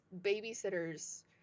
babysitters